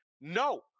no